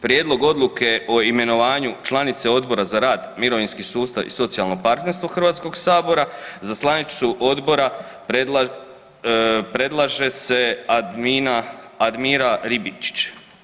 Prijedlog Odluke o imenovanju članice Odbora za rad, mirovinski sustav i socijalno partnerstvo Hrvatskog sabora, za članicu odbora predlaže se Admira Ribičić.